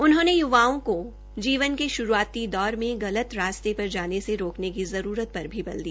उन्होंने य्वाओं की जीवन के शुरूआती दौर में गलत रास्ते पर जाने से रोकने की जरूरत पर भी बल दिया